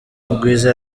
mugwiza